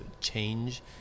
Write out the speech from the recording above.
Change